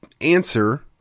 answer